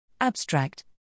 Abstract